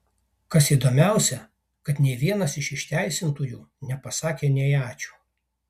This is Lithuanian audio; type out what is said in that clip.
kas įdomiausią kad nei vienas iš išteisintųjų nepasakė nei ačiū